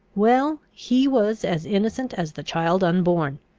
well, he was as innocent as the child unborn.